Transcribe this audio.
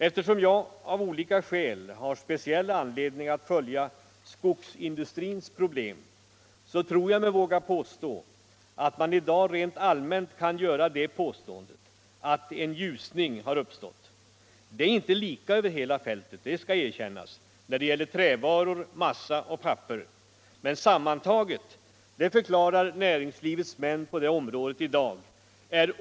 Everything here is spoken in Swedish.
Eftersom jag av olika skäl har speciell anledning att följa skogsindustrins problem tror jag mig våga säga att man i dag rent allmänt kan göra det påståendet att en ljusning har uppstått. Det är inte lika över hela fältet — det skall erkännas — när det gäller trävaror, massa och papper, men sammantaget har det ljusnat. Det förklarar näringslivets män på det området.